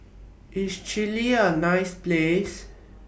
IS Chile A nice Place